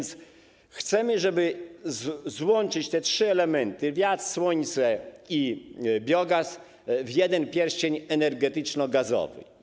Chcemy, żeby złączyć te trzy elementy - wiatr, słońce i biogaz - w jeden pierścień energetyczno-gazowy.